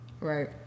right